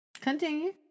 Continue